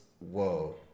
whoa